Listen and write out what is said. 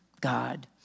God